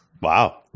wow